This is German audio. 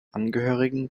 angehörigen